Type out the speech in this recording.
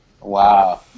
Wow